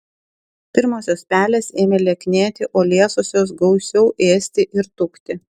pirmosios pelės ėmė lieknėti o liesosios gausiau ėsti ir tukti